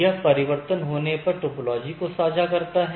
यह परिवर्तन होने पर टोपोलॉजी को साझा करता है